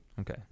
okay